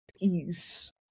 ease